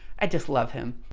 i just love him.